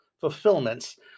fulfillments